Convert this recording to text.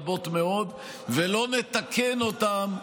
רבות מאוד ולא נתקן אותן,